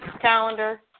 calendar